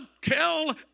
tell